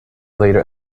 later